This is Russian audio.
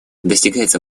достигается